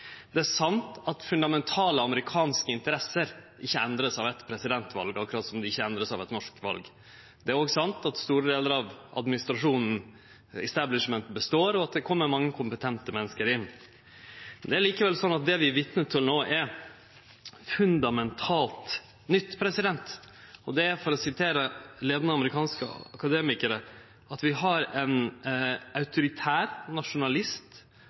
Det er sant at fundamentale amerikanske interesser ikkje vert endra av eit presidentval, akkurat som dei ikkje vert endra av eit norsk val. Det er òg sant at store delar av administrasjonen, «the establishment», består, og at det kjem mange kompetente menneske inn. Det er likevel slik at det vi er vitne til no, er fundamentalt nytt, og – for å sitere leiande amerikanske akademikarar – at vi har ein autoritær nasjonalist